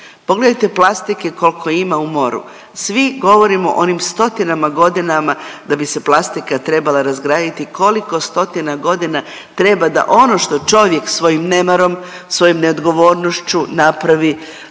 pogledajte plastike kolko ima u moru. Svi govorimo o onim stotinama godinama da bi se plastika trebala razgraditi, koliko stotina godina treba da ono što čovjek svojim nemarom i svojom neodgovornošću napravi,